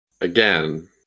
again